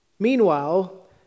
Meanwhile